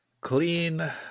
clean